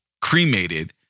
cremated